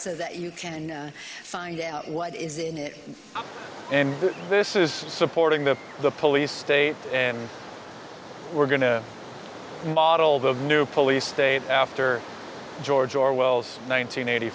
so that you can find out what is in it and this is supporting them the police state and we're going to model the new police state after george orwell's nineteen eighty